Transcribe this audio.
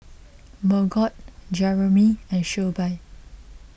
Margot Jeramie and Shelbie